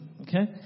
okay